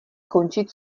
končit